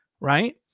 right